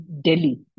Delhi